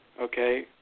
okay